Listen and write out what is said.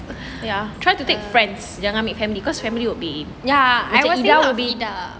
ya try to take friends jangan ambil family because family will be macam idah will be